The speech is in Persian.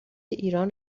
ایران